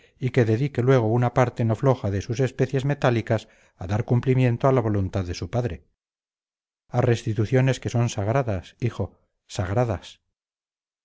y que dedique luego una parte no floja de sus especies metálicas a dar cumplimiento a la voluntad de su padre a restituciones que son sagradas hijo sagradas